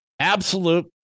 Absolute